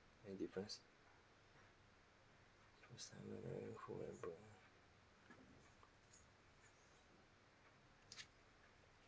any difference first timer